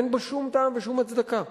אין בה שום טעם ושום הצדקה,